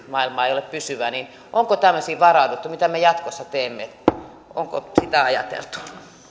maailma ei ole pysyvä niin onko tämmöisiin varauduttu mitä me jatkossa teemme onko sitä ajateltu